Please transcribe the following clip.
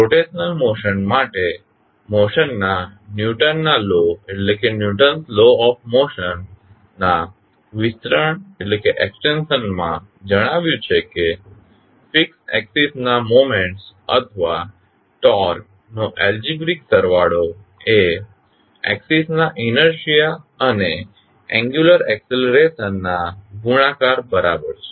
rotational motion માટે મોશનના ન્યૂટનના law Newton's law of motion ના વિસ્તરણ માં જણાવાયું છે કે ફીકસ એક્ષીસ ના મોમેન્ટ્સ અથવા ટોર્ક નો એલ્જીબ્રિક સરવાળો એ એક્ષીસ ના ઇનેર્શીઆ અને એંગ્યુલર એક્સ્લરેશન ના ગુણાકાર બરાબર છે